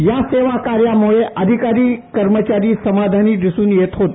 या सेवा कार्यांमुळे अधिकारी कर्मचारी समाधानी दिसून येत होते